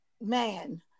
man